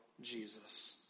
Jesus